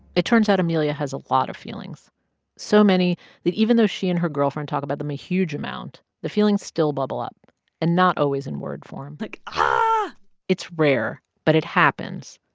it turns out amelia has a lot of feelings so many that, even though she and her girlfriend talk about them a huge amount, the feelings still bubble up and not always in word form like, ah it's rare, but it happens,